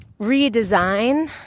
redesign